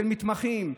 של מתמחים,